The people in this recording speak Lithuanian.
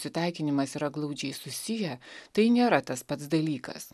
susitaikinimas yra glaudžiai susiję tai nėra tas pats dalykas